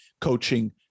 coaching